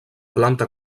planta